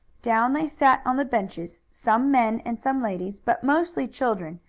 down they sat on the benches, some men and some ladies, but mostly children,